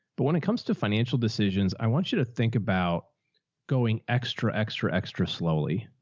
but when it comes to financial decisions, i want you to think about going extra, extra, extra slowly.